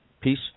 peace